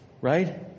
Right